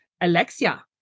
Alexia